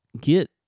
get